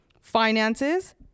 finances